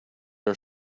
are